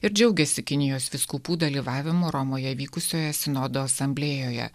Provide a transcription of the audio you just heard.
ir džiaugiasi kinijos vyskupų dalyvavimu romoje vykusioje sinodo asamblėjoje